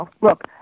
look